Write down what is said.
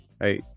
Hey